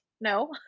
no